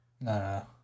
no